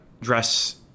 dress